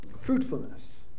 Fruitfulness